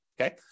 okay